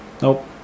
Nope